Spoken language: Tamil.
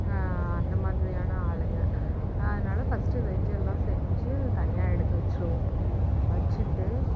அந்த மாதிரியான ஆளுங்கள் அதனால் ஃபஸ்ட்டு வெஜ்ஜெல்லாம் செஞ்சு தனியாக எடுத்து வச்சுடுவோம் வச்சிட்டு